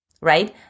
Right